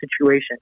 situation